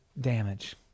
damage